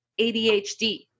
ADHD